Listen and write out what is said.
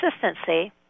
Consistency